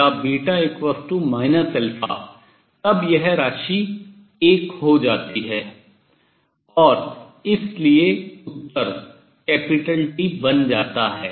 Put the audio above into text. और केवल जब या तब यह राशि एक हो जाती है और इसलिए उत्तर capital T बन जाता है